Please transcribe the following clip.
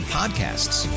podcasts